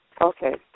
Okay